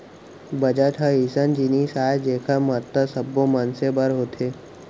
budget ह अइसन जिनिस आय जेखर महत्ता सब्बो मनसे बर होथे